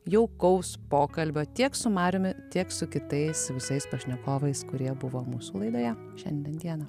jaukaus pokalbio tiek su mariumi tiek su kitais visais pašnekovais kurie buvo mūsų laidoje šiandien dieną